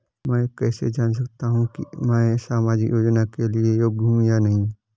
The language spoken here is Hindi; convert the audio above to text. मैं कैसे जान सकता हूँ कि मैं सामाजिक योजना के लिए योग्य हूँ या नहीं?